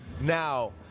Now